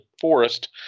forest